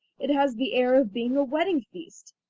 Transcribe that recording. it has the air of being a wedding feast.